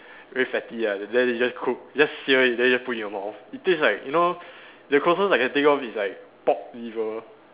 very fatty ah then they just cook just sear it then put it in your mouth it taste like you know the closest I can think of is like pork liver